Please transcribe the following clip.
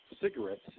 cigarettes